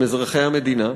הם אזרחי המדינה,